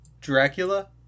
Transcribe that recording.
dracula